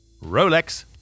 Rolex